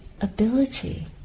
ability